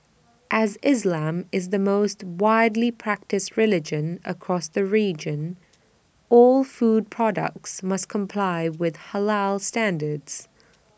as islam is the most widely practised religion across the region all food products must comply with Halal standards